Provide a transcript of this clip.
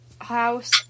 house